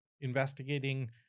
investigating